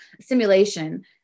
simulation